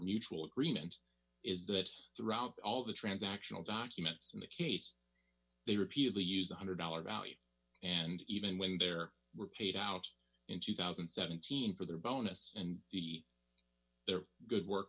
mutual agreement is that throughout all the transactional documents in the case they repeatedly use one hundred dollars value and even when there were paid out in two thousand and seventeen for their bonus and the their good work